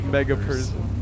Mega-person